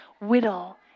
whittle